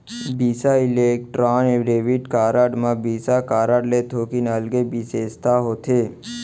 बिसा Electron debit card म Visa card ले थोकिन अलगे बिसेसता होथे